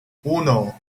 uno